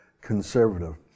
conservative